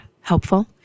helpful